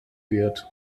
wird